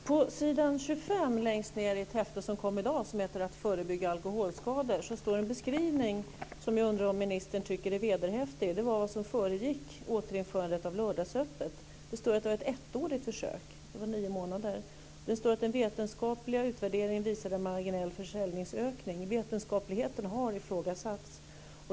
Fru talman! På s. 25 i ett häfte som kom i dag, Att förebygga alkoholskador, står en beskrivning som jag undrar om ministern tycker är vederhäftig. Det gäller vad som föregick återinförandet av lördagsöppet. Det står att det var ett ettårigt försök - det var nio månader. Det står att den vetenskapliga utvärderingen visade en marginell försäljningsökning - vetenskapligheten har ifrågasatts.